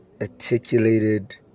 articulated